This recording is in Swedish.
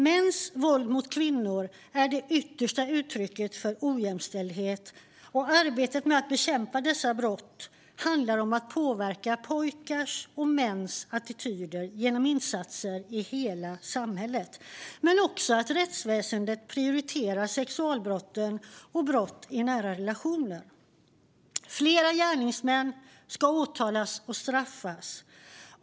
Mäns våld mot kvinnor är det yttersta uttrycket för ojämställdhet, och arbetet med att bekämpa dessa brott handlar om att påverka pojkars och mäns attityder genom insatser i hela samhället. Rättsväsendet måste också prioritera sexualbrotten och brott i nära relationer. Fler gärningsmän ska åtalas och straffas.